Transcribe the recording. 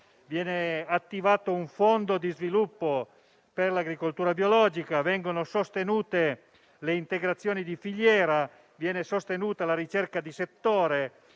viene attivato un fondo di sviluppo per l'agricoltura biologica, vengono sostenuti le integrazioni di filiera, la ricerca di settore,